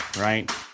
Right